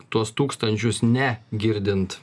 tuos tūkstančius ne girdint